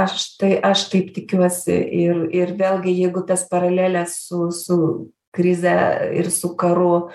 aš tai aš taip tikiuosi ir ir vėlgi jeigu tas paraleles su su krize ir su karu